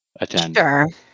attend